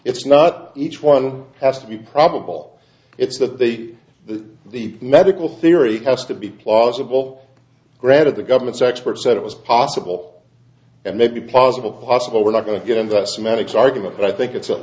it's not each one has to be probable it's that they that the medical theory has to be plausible granted the government's expert said it was possible and maybe possible possible we're not going to get and that's medics argument but i think it's at